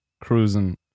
cruising